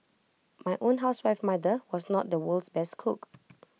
my own housewife mother was not the world's best cook